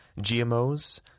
GMOs